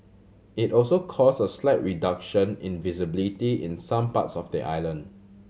it also caused a slight reduction in visibility in some parts of the island